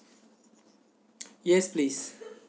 yes please